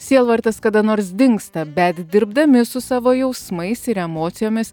sielvartas kada nors dingsta bet dirbdami su savo jausmais ir emocijomis